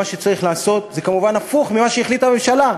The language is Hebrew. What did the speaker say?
מה שצריך לעשות זה כמובן הפוך ממה שהחליטה הממשלה,